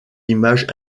images